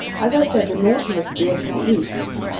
as i said, the nautilus veered to the east.